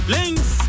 Links